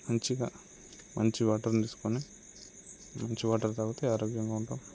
మంచిగా మంచి వాటర్ని తీసుకొని మంచి వాటర్ త్రాగితే ఆరోగ్యంగా ఉంటాము